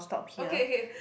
okay okay